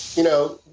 you know,